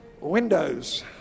windows